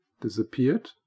disappeared